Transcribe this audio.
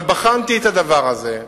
אבל בחנתי את הדבר הזה,